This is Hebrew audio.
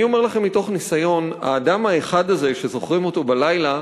אני אומר לכם מתוך ניסיון: האדם האחד הזה שזוכרים אותו בלילה,